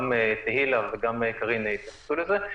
גם תהילה וגם קרין התייחסו לזה.